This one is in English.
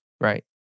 Right